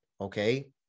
Okay